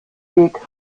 weg